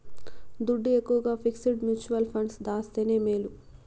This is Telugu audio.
దుడ్డు ఎక్కవగా ఫిక్సిడ్ ముచువల్ ఫండ్స్ దాస్తేనే మేలు